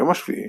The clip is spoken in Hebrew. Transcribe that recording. היום השביעי